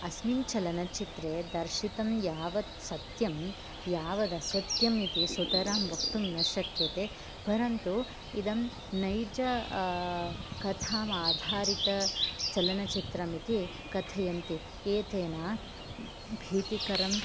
अस्मिन् चलनचित्रे दर्शितं यावत् सत्यं यावदसत्यम् इति सुतरां वक्तुं न शक्यते परन्तु इदं नैज कथाम् आधारितचलनचित्रम् इति कथयन्ति एतेन भीतिकरम्